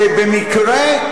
שבמקרה,